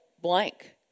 blank